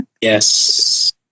Yes